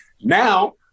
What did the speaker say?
Now